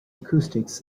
acoustics